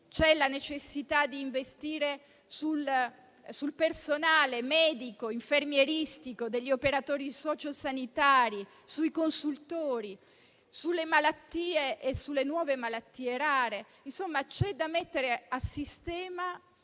e la necessità di investire sul personale medico e infermieristico, sugli operatori sociosanitari, sui consultori, sulle malattie e sulle nuove malattie rare. C'è da mettere a sistema